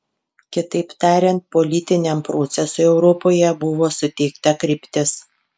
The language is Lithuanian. kitaip tariant politiniam procesui europoje buvo suteikta kryptis